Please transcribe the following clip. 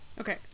Okay